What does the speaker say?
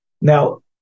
Now